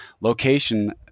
location